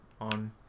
on